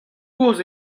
gozh